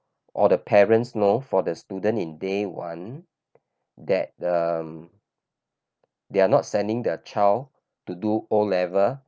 or the parents know for the student in day one that um they're not sending their child to do O-level